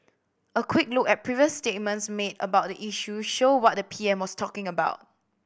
a quick look at previous statements made about the issue show what the P M was talking about